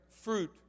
fruit